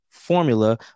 Formula